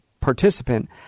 participant